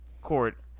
court